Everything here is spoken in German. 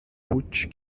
putsch